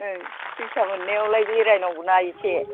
ओं फैसा मोननायावलाय बेरायनांगौना एसे